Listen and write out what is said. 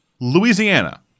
Louisiana